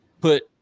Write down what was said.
put